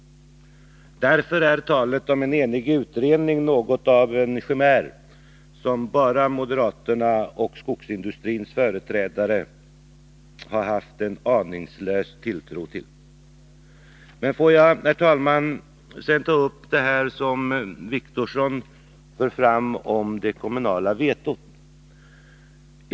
Därför är talet om en enig utredning något av en chimär, som moderaterna och företrädare för skogsindustrin har haft en aningslös tilltro till. Får jag sedan, herr talman, ta upp det som Åke Wictorsson sade om det kommunala vetot.